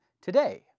today